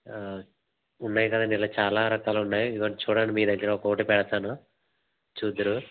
ఉన్నాయి కదండి ఇలా చాలా రకాలు ఉన్నాయి ఇదిగో చూడండి మీ దగ్గర ఒక్కొక్కటి పెడతాను చూద్దురు